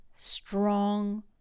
strong